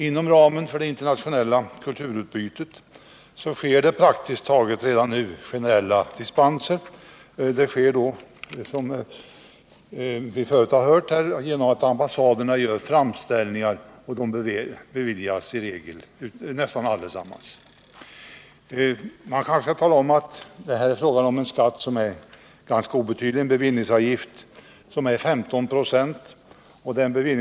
Inom ramen för det internationella kulturutbytet förekommer det redan nu praktiskt taget generella dispenser. Bakgrunden härtill är, som vi redan har hört här, att ambassader gör framställningar vilka nästan allesammans beviljas. Man kanske skall tala om att det här är fråga om en skatt som är ganska obetydlig, en bevillningsavgift på 15 926.